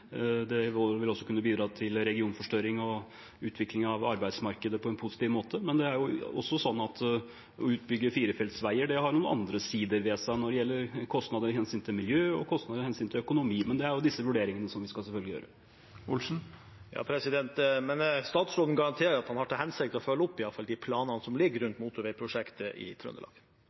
vil også kunne bidra til regionforstørring og utvikling av arbeidsmarkedet på en positiv måte. Men det er også slik at å bygge ut firefeltsveier har noen andre sider ved seg når det gjelder kostnader med hensyn til miljø og kostnader med hensyn til økonomi. Men det er disse vurderingene vi selvfølgelig skal gjøre. Men statsråden garanterer at han iallfall har til hensikt å følge opp de planene som ligger for motorveiprosjektet i Trøndelag?